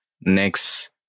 next